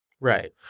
Right